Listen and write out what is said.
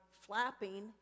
flapping